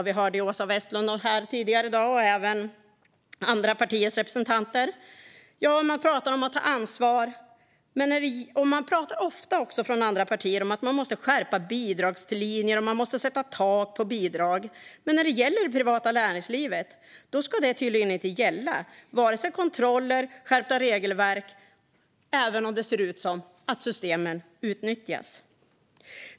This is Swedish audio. Vi hörde tidigare i dag Åsa Westlund, och även andra partiers representanter, prata om att ta ansvar. Andra partier pratar ofta om att vi måste skärpa bidragslinjer och sätta tak för bidrag, men när det gäller det privata näringslivet ska tydligen varken kontroller eller skärpta regelverk gälla även om det ser ut som att systemen utnyttjas.